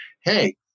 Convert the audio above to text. hey